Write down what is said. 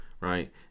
right